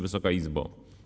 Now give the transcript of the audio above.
Wysoka Izbo!